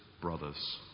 brothers